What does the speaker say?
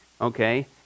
Okay